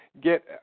get